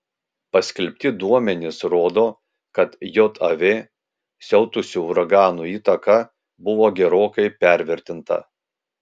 paskelbti duomenys rodo kad jav siautusių uraganų įtaka buvo gerokai pervertinta